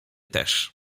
też